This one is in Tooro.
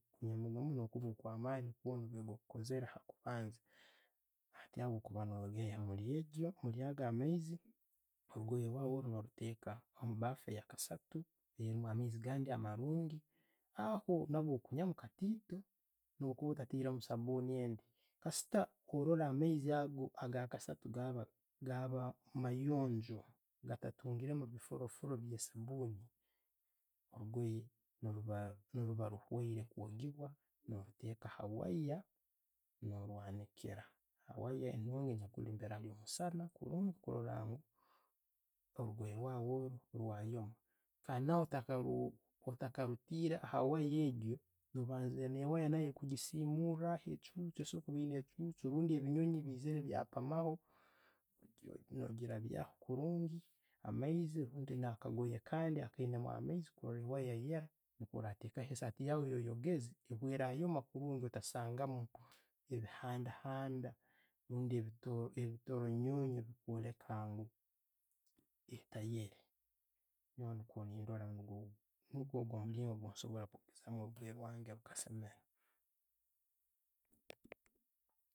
Namuno muno, no'ba ochikozeere hakubanza. Hati abwo'kuba no'yogye muyaga amaiizi, orugoye rwawe orwo no'ruteeka omubaafu eyakasaatu erimu amaizi gandi amarungi. Haho nabwo okunyamu katiito, no'bwokuba ottatterimu sabuuni endi kassita orora amaizi ago aga kasaatu gaba gaba manyonjo gatatungiremu ebifurofuro ebya sabuuni, orugoye niruba ruhoire kwogebwa no ruteeka ha wire, no rwaniikira. Ha wire eno nu'ho okulindiira omusana kurora orugoye rwawe orwo rwayoma. Kandi, otakarutiire ha wire egyo, wakabandise ne wire egyo kuchisimmura echuucu, okusobora kuba eine'chuucu, obundi ebinyonyi byayiija byapaamaho, no giraabyaho kurungi hamaizi obundu nakagoye kandi akaina amaiizi kurola wire eyela niikwo nti bworateekaho essati yaawe gyo yogeze, obundi otasangamu ebihanda handa orbundi ebitoro, ebitoronyunju kworekya ngu etayele, nyoowe nikwo nkusobora orugoye rwange rukasemere.